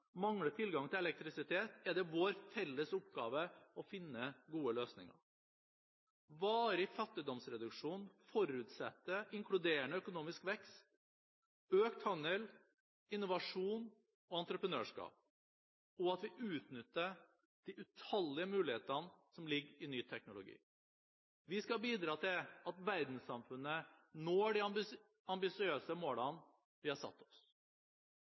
mangler tilgang til elektrisitet, er det vår felles oppgave å finne gode løsninger. Varig fattigdomsreduksjon forutsetter inkluderende økonomisk vekst, økt handel, innovasjon og entreprenørskap – og at vi utnytter de utallige mulighetene som ligger i ny teknologi. Vi skal bidra til at verdenssamfunnet når de ambisiøse målene vi har satt oss.